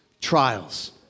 trials